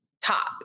top